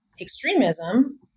extremism